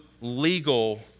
legal